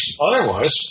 otherwise